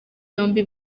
yombi